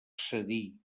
excedir